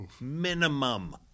Minimum